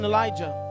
Elijah